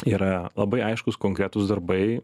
yra labai aiškūs konkretūs darbai